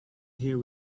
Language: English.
here